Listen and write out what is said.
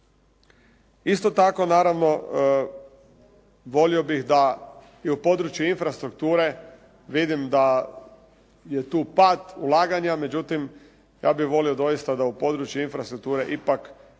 Isto tako naravno volio bih da i u području infrastrukture vidim da je tu pad ulaganja međutim ja bih volio doista da u područje infrastrukture ipak ako